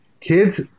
kids